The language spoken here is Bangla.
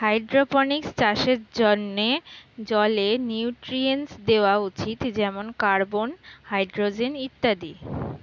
হাইড্রোপনিক্স চাষের জন্যে জলে নিউট্রিয়েন্টস দেওয়া উচিত যেমন কার্বন, হাইড্রোজেন ইত্যাদি